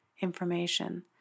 information